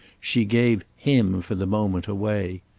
she gave him, for the moment, away.